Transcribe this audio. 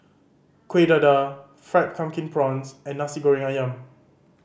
Kueh Dadar Fried Pumpkin Prawns and Nasi Goreng Ayam